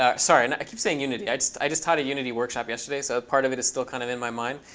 ah sorry, and i keep saying unity. i just i just had a unity workshop yesterday, so part of it is still kind of in my mind.